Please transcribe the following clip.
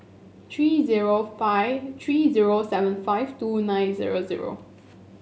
three zero five three zero seven five two nine zero zero